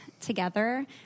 together